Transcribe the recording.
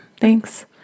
Thanks